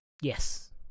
Yes